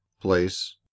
Place